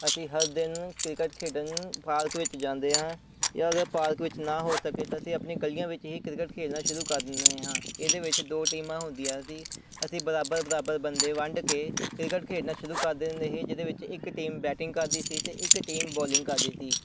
ਅਸੀਂ ਹਰ ਦਿਨ ਕ੍ਰਿਕਟ ਖੇਡਣ ਪਾਰਕ ਵਿੱਚ ਜਾਂਦੇ ਹਾਂ ਜਾਂ ਅਗਰ ਪਾਰਕ ਵਿੱਚ ਨਾ ਹੋ ਸਕੇ ਤਾਂ ਅਸੀਂ ਆਪਣੀ ਗਲੀਆਂ ਵਿੱਚ ਹੀ ਕ੍ਰਿਕਟ ਖੇਲਣਾ ਸ਼ੁਰੂ ਕਰ ਦਿੰਦੇ ਹਾਂ ਇਹਦੇ ਵਿੱਚ ਦੋ ਟੀਮਾਂ ਹੁੰਦੀਆਂ ਸੀ ਅਸੀਂ ਬਰਾਬਰ ਬਰਾਬਰ ਬੰਦੇ ਵੰਡ ਕੇ ਕ੍ਰਿਕਟ ਖੇਡਣਾ ਸ਼ੁਰੂ ਕਰ ਦਿੰਦੇ ਸੀ ਜਿਹਦੇ ਵਿੱਚ ਇੱਕ ਟੀਮ ਬੈਟਿੰਗ ਕਰਦੀ ਸੀ ਅਤੇ ਇੱਕ ਟੀਮ ਬੋਲਿੰਗ ਕਰਦੀ ਸੀ